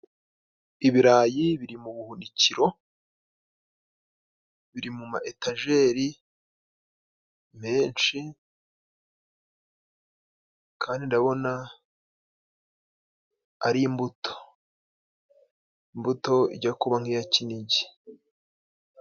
Ibirayi biri mu buhunikiro biri mu ma etajeri menshi, kandi ndabona ari imbuto, imbuto ijya kuba nk'iya Kinigi.